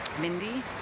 Mindy